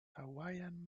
hawaiian